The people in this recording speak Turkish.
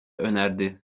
önerdi